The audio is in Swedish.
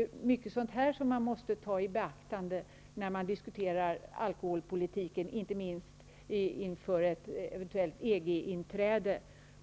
är mycket sådant som man måste ta i beaktande när man diskuterar alkoholpolitiken, inte minst inför ett eventuellt EG-inträde.